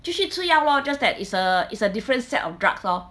继续吃药 lor just that it's a it's a different set of drugs lor